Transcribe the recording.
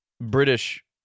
British